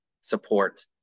support